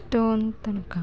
ಟ್ಟೊಂದು ತನಕ